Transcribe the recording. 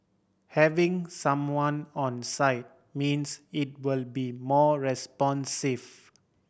having someone on site means it will be more responsive